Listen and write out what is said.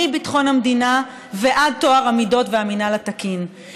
מביטחון המדינה ועד טוהר המידות והמינהל התקין,